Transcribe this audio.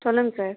சொல்லுங்க சார்